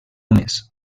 més